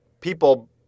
people